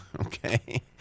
okay